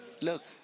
Look